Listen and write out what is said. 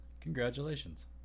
congratulations